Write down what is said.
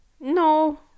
No